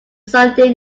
sunday